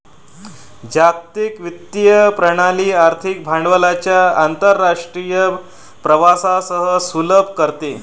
जागतिक वित्तीय प्रणाली आर्थिक भांडवलाच्या आंतरराष्ट्रीय प्रवाहास सुलभ करते